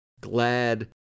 Glad